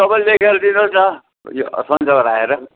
तपाईँले लेखेर दिनुहोस् न यो सन्चबार आएर